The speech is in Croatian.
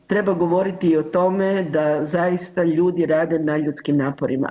Treba govoriti i o tome da zaista ljudi rade nadljudskim naporima.